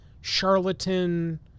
charlatan